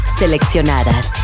seleccionadas